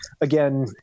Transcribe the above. again